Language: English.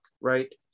right